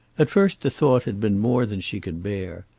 at first the thought had been more than she could bear.